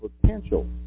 potential